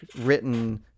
written